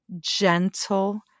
gentle